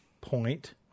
point